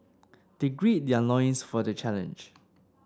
they gird their loins for the challenge